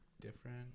different